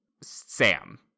Sam